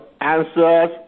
answers